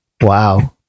Wow